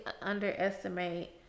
underestimate